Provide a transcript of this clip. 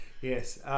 Yes